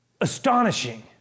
astonishing